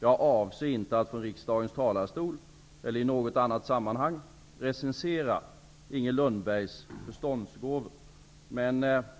Jag avser inte att från riksdagens talarstol, eller i något annat sammanhang, recensera Inger Lundbergs förståndsgåvor.